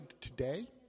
today